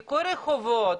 ניקוי רחובות,